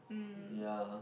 yeah